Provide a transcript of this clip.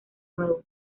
nuevo